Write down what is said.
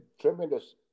tremendous